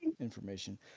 information